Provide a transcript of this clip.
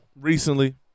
recently